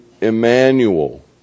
Emmanuel